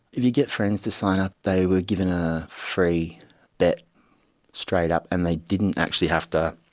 if you get friends to sign up, they were given a free bet straight up and they didn't actually have to